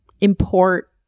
import